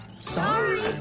Sorry